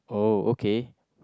oh okay